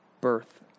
birth